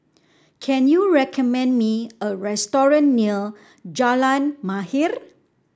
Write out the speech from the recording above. can you recommend me a restaurant near Jalan Mahir